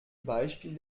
beispiel